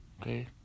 Okay